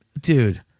Dude